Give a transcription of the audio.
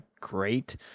great